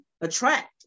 attract